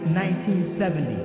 1970